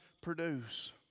produce